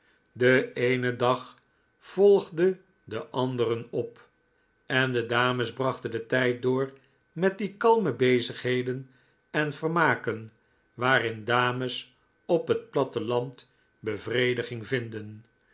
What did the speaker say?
de eene dag volgde den anderen op en de dames brachten den tijd door met die kalme bezigheden en vermaken waarin dames op het platteland bevrediging vinden